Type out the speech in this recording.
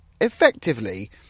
effectively